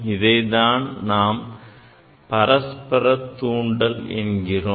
இதைத்தான் நாம் பரஸ்பர தூண்டல் என்கிறோம்